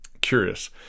curious